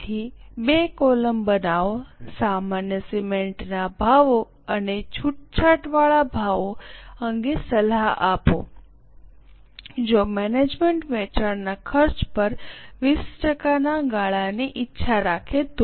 તેથી બે કોલમ બનાવો સામાન્ય સિમેન્ટના ભાવો અને છૂટછાટવાળા ભાવો અંગે સલાહ આપો જો મેનેજમેન્ટ વેચાણના ખર્ચ પર 20 ટકાના ગાળાની ઇચ્છા રાખે તો